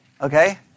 Okay